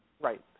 Right